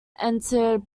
entered